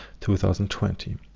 2020